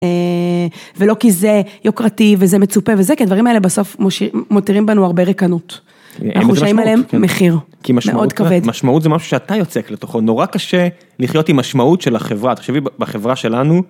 ולא כי זה יוקרתי וזה מצופה וזה, כי הדברים האלה בסוף מותירים בנו הרבה ריקנות. אנחנו משלמים עליהם מחיר מאוד כבד. משמעות זה משהו שאתה יוצק לתוכו, נורא קשה לחיות עם משמעות של החברה, תחשבי בחברה שלנו.